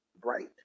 bright